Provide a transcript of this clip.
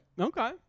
Okay